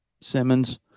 Simmons